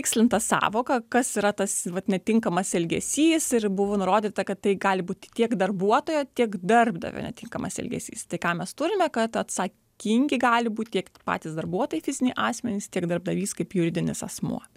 tikslinta sąvoka kas yra tas vat netinkamas elgesys ir buvo nurodyta kad tai gali būti tiek darbuotojo tiek darbdavio netinkamas elgesys tai ką mes turime kad atsakingi gali būti tiek patys darbuotojai fiziniai asmenys tiek darbdavys kaip juridinis asmuo